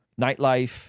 nightlife